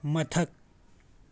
ꯃꯊꯛ